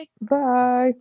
Bye